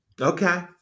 Okay